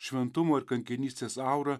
šventumo ir kankinystės aura